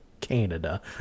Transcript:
canada